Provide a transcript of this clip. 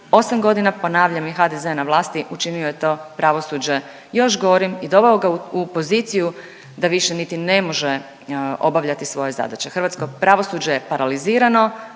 8 godina, ponavljam, je HDZ na vlasti, učinio je to pravosuđe još gorim i doveo ga u poziciju da više niti ne može obavljati svoje zadaće. Hrvatsko pravosuđe je paraliziralo